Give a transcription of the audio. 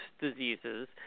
diseases